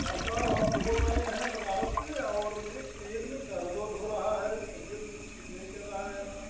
doctor साहब हम में हैं बनारस से और मेरे पेट में दर्द उर्द हो रहा है तबीयत कुछ ठीक नहीं चल रही है हमारी